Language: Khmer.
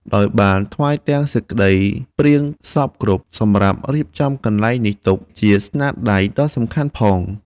ដោយបានថ្វាយទាំងសេចក្តីព្រាងសព្វគ្រប់សម្រាប់រៀបចំកន្លែងនេះ ទុកជាស្នាដៃដ៏សំខាន់ផង ។